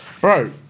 Bro